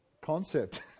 concept